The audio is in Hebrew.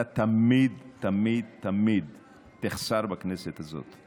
אתה תמיד תמיד תמיד תחסר בכנסת הזאת.